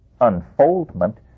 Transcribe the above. unfoldment